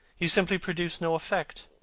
you simply produce no effect.